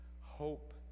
hope